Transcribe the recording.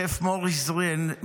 שף מוריס זריהן,